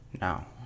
now